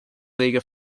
league